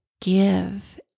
give